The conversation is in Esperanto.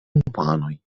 infanoj